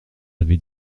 avait